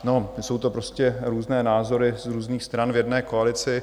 No, jsou to prostě různé názory z různých stran v jedné koalici.